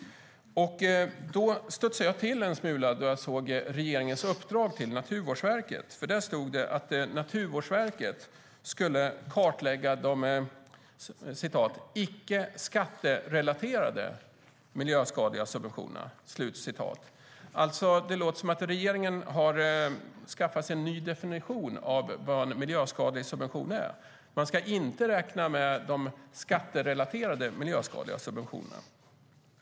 Jag studsade till en smula när jag såg regeringens uppdrag till Naturvårdsverket. Där stod det att Naturvårdsverket skulle kartlägga de "ickeskatterelaterade miljöskadliga subventionerna". Det låter som att regeringen har gjort en ny definition av vad en miljöskadlig miljösubvention är. Man ska inte räkna med de skatterelaterade miljöskadliga subventionerna.